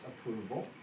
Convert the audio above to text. approval